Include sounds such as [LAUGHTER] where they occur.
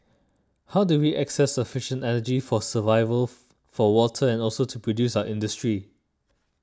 how do we access sufficient energy for survival [NOISE] for water and also to produce our industry